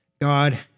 God